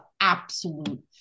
absolute